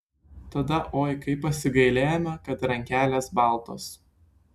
tada oi kaip pasigailėjome kad rankelės baltos